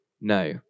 No